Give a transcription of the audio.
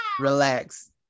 Relax